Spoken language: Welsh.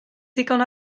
ddigon